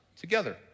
together